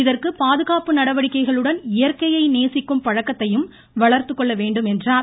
இதற்கு பாதுகாப்பு நடவடிக்கைகளுடன் இயற்கையை நேசிக்கும் பழக்கத்தையும் வளர்த்துக்கொள்ள வேண்டும் என்றார்